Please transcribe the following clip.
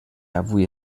avui